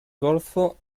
golfo